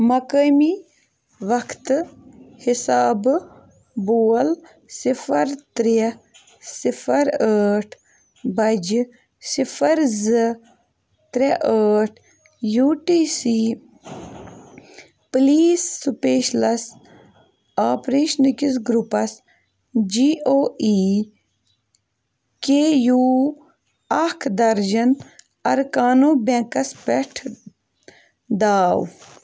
مقامی وقتہٕ حِسابہٕ بول صِفر ترٛےٚ صِفر ٲٹھ بجہِ صفر زِ ترٛےٚ ٲٹھ U T C police specials آپریشنہٕ کِس گرٛوپس جی او ای کے یوٗ اَکھ درجن اركانو بینٛکس پیٹھ دھاو